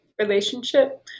relationship